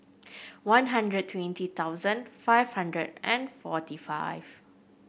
one hundred twenty thousand five hundred and forty five